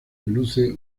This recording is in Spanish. luce